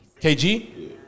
KG